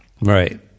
Right